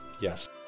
Yes